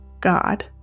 God